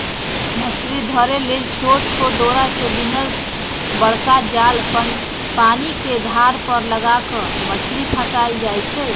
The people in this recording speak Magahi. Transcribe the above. मछरी धरे लेल छोट छोट डोरा से बिनल बरका जाल पानिके धार पर लगा कऽ मछरी फसायल जाइ छै